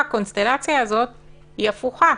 הקונסטלציה הזאת הפוכה?